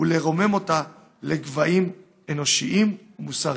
ולרומם אותה לגבהים אנושיים ומוסריים.